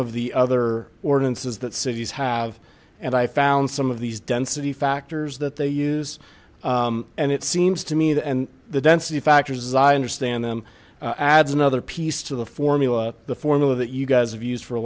of the other ordinances that cities have and i found some of these density factors that they use and it seems to me that and the density factors as i understand them adds another piece to the formula the formula that you guys have used for a